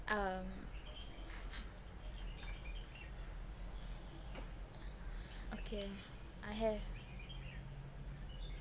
um okay I have